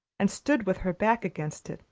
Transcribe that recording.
and stood with her back against it,